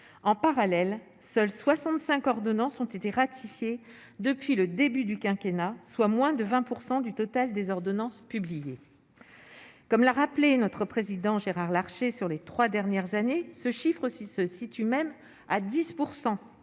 en parallèle, seuls 65 ordonnances ont été ratifiées depuis le début du quinquennat soit moins de 20 % du total des ordonnances publiées, comme l'a rappelé, notre président Gérard Larché sur les 3 dernières années, ce chiffre s'il se situe même à 10